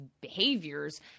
behaviors